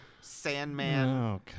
Sandman